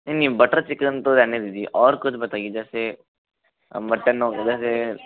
नहीं butter chicken तो रहने दीजिए और कुछ बताइए जैसे मटन